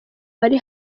bari